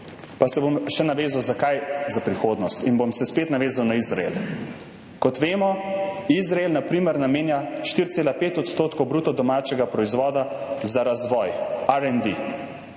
Pa se bom še navezal, zakaj za prihodnost, in se bom spet navezal na Izrael. Kot vemo, Izrael na primer namenja 4,5 % bruto domačega proizvoda za razvoj, R&D,